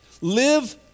Live